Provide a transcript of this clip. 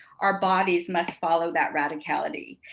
our bodies must follow that radicality.